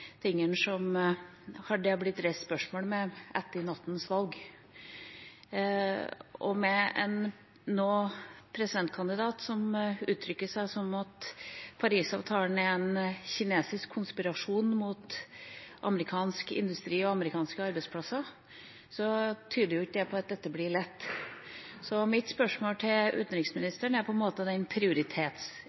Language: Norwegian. som det har blitt reist spørsmål om etter nattens valg. Når en presidentkandidat utrykker at Paris-avtalen er en kinesisk konspirasjon mot amerikansk industri og amerikanske arbeidsplasser, tyder ikke det på at dette blir lett. Så mitt spørsmål til utenriksministeren